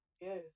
Yes